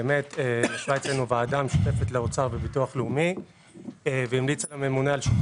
באמת ישבה אצלנו ועדה משותפת לאוצר וביטוח לאומי והמליצה לממונה על שוק